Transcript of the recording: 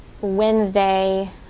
wednesday